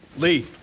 lee.